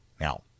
Now